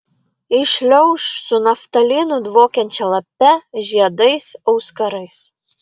įšliauš su naftalinu dvokiančia lape žiedais auskarais